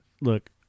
Look